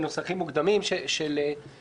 בנוסחים מוקדמים שלו,